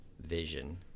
vision